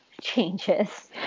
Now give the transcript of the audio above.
changes